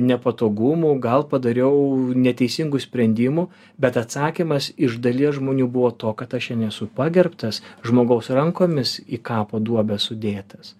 nepatogumų gal padariau neteisingų sprendimų bet atsakymas iš dalies žmonių buvo to kad aš šian esu pagerbtas žmogaus rankomis į kapo duobę sudėtas